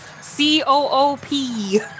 C-O-O-P